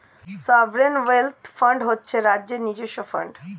sovereign wealth fund হচ্ছে রাজ্যের নিজস্ব ফান্ড